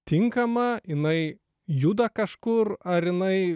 tinkama jinai juda kažkur ar jinai